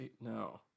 No